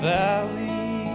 valley